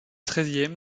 treizième